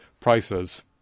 prices